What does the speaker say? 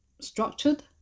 structured